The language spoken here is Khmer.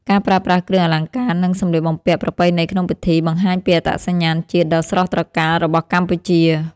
ការប្រើប្រាស់គ្រឿងអលង្ការ និងសម្លៀកបំពាក់ប្រពៃណីក្នុងពិធី បង្ហាញពីអត្តសញ្ញាណជាតិដ៏ស្រស់ត្រកាលរបស់កម្ពុជា។